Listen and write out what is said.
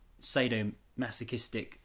sadomasochistic